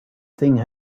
thing